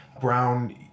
brown